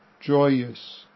joyous